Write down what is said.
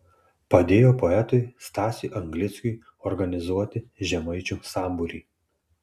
padėjo poetui stasiui anglickiui organizuoti žemaičių sambūrį